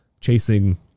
chasing